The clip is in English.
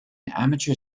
amateur